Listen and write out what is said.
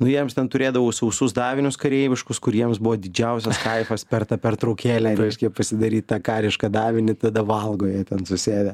nu jiems ten turėdavau sausus davinius kareiviškus kur jiems buvo didžiausias kaifas per tą pertraukėlę reiškia pasidaryt tą karišką davinį tada valgo jie ten susėdę